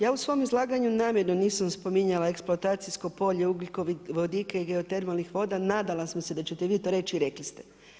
Ja u svom izlaganju namjerno nisam spominjala eksploatacijsko polje ugljikovodika i geotermalnih voda, nadala sam se da ćete vi to reći i rekli ste.